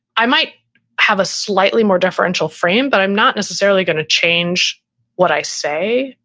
i might have a slightly more differential frame, but i'm not necessarily going to change what i say.